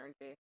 energy